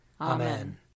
Amen